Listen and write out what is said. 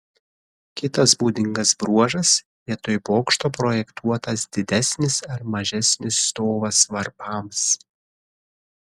kitas būdingas bruožas vietoj bokšto projektuotas didesnis ar mažesnis stovas varpams